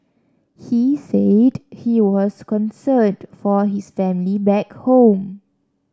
he said he was concerned for his family back home